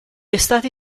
estati